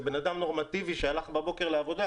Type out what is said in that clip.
זה בן אדם נורמטיבי שהלך בבוקר לעבודה,